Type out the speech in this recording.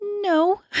No